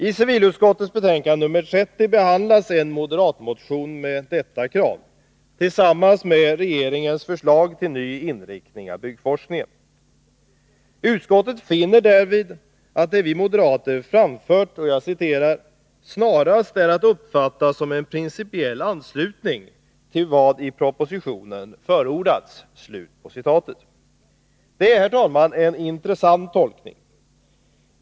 I civilutskottets betänkande 30 behandlas en moderatmotion med detta krav tillsammans med regeringens förslag till ny inriktning av byggforskningen. Utskottet finner därvid att det som vi moderater framfört ”snarast är att uppfatta som en principiell anslutning till vad i propositionen förordats”. Det är, herr talman, en intressant tolkning.